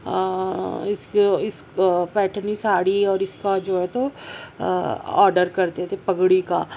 اس کا اس کا پیٹھنی ساڑی اور اس کا جو ہے تو آڈر کرتے تھے پگڑی کا